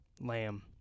Lamb